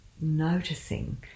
noticing